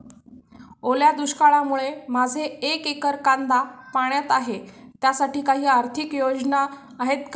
ओल्या दुष्काळामुळे माझे एक एकर कांदा पाण्यात आहे त्यासाठी काही आर्थिक योजना आहेत का?